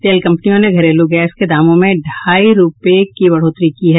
तेल कंपनियों ने घरेलू गैस के दामों में ढाई रूपये की बढ़ोतरी की है